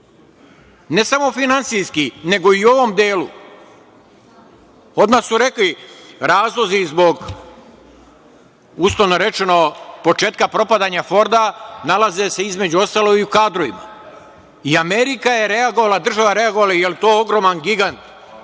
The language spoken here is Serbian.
ne samo finansijski, nego i u ovom delu. Odmah su rekli – razlozi zbog, uslovno rečeno početka propadanja „Forda“ nalaze se između ostalog i u kadrovima. I Amerika je reagovala, jer je to ogroman gigant,